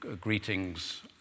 greetings